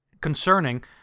concerning